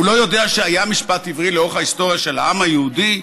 הוא לא יודע שהיה משפט עברי לאורך ההיסטוריה של העם היהודי,